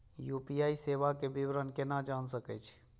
UPI सेवा के विवरण केना जान सके छी?